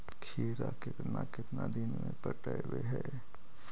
खिरा केतना केतना दिन में पटैबए है?